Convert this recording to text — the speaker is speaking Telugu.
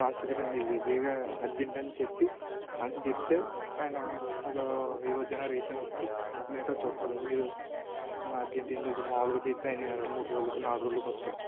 ఫాస్ట్గా రండి ఇది వేగ అర్జెంట్ అని చెప్పి అది చెప్తే ఆయన ఒక ఈరోజైనా రేపైనా వచ్చి మీటర్ చూస్తాడు మీరు అర్జెంట్ ఏమి లేదు మాములుగా చేస్తే ఆయన మూడు రోజులకు నాలుగు రోజులకి వస్తాడు